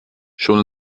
schon